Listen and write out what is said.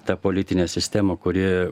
ta politinę sistema kuri